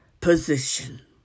position